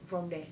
from there